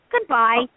goodbye